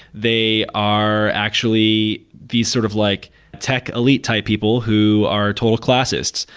they are actually these sort of like tech elite type people who are total classists.